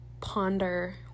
ponder